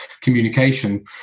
communication